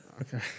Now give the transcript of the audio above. Okay